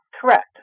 Correct